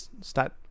start